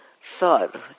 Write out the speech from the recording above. thought